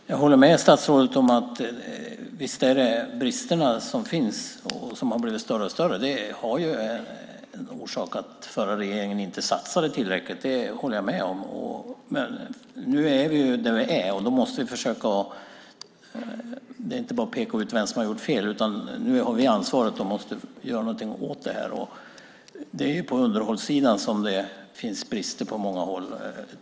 Herr talman! Jag håller med statsrådet om att det finns brister och att de har blivit allt större. Det har som orsak att den förra regeringen inte satsade tillräckligt. Jag håller med om det. Men nu är vi där vi är. Vi kan inte bara peka ut vem som har gjort fel, utan nu har vi ansvaret och måste göra någonting åt det. Det är på underhållssidan som det finns brister på många håll.